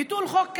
ביטול חוק קמיניץ,